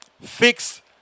fix